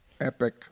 epic